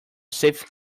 safe